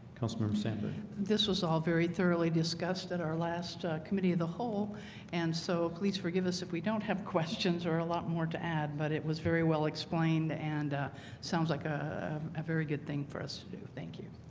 customer, monsanto this was all very thoroughly discussed at our last committee of the whole and so please forgive us if we don't have questions or a lot more to add but it was very well explained and sounds like a ah very good thing for us to do. thank you